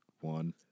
one